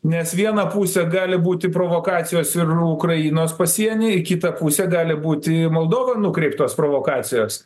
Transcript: nes viena pusė gali būti provokacijos ir ukrainos pasieny ir kita pusė gali būti moldovą nukreiptos provokacijos